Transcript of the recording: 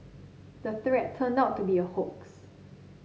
the threat turned out to be a hoax